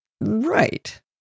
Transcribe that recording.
Right